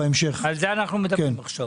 על זה אנחנו מדברים עכשיו.